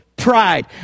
pride